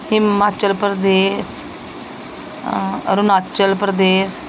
ਹਿਮਾਚਲ ਪ੍ਰਦੇਸ਼ ਅ ਅਰੁਣਾਚਲ ਪ੍ਰਦੇਸ਼